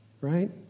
right